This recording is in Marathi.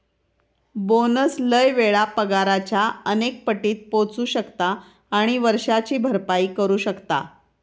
बोनस लय वेळा पगाराच्या अनेक पटीत पोचू शकता आणि वर्षाची भरपाई करू शकता